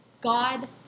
God